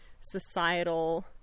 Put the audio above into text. societal